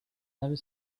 never